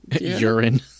Urine